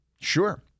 sure